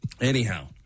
anyhow